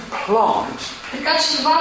plant